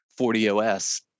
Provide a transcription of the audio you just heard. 40OS